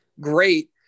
great